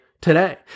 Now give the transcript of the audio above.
today